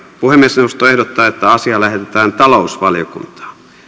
puhemiesneuvosto ehdottaa että asia lähetetään talousvaliokuntaan